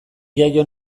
jaio